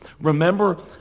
Remember